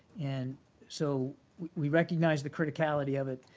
and so we recognize the criticality of it.